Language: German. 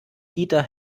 dieter